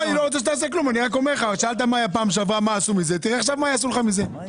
אין